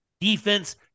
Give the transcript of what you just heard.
Defense